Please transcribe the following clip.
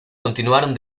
continuaron